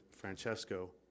Francesco